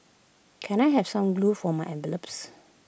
can I have some glue for my envelopes